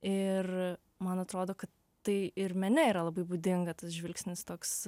ir man atrodo kad tai ir mene yra labai būdinga tas žvilgsnis toks